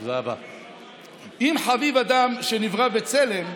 אם חביב אדם שנברא בצלם,